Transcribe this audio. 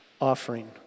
offering